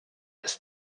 ist